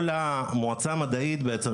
כל המועצה המדעית בעצם,